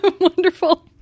Wonderful